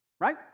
right